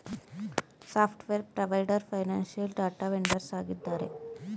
software provider, financial data vendors ಆಗಿದ್ದಾರೆ